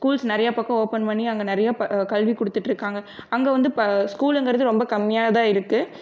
schools நிறையா பக்கம் open பண்ணி அங்கே நிறையா இப்ப கல்வி கொடுத்துட்டு இருக்காங்கள் அங்கே வந்து இப்போ ஸ்கூலுங்கிறது ரொம்ப கம்மியாதான் இருக்குது